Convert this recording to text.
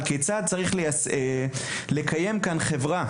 על כיצד לקיים כאן חברה,